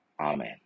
Amen